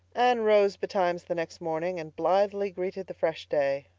anne rose betimes the next morning and blithely greeted the fresh day,